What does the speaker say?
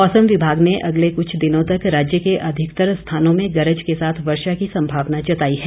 मौसम विमाग ने अगले कुछ दिनों तक राज्य के अधिकतर स्थानों में गरज के साथ वर्षा की संभावना जताई है